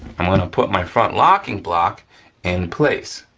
i'm gonna put my front locking block in place.